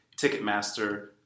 Ticketmaster